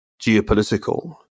geopolitical